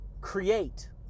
create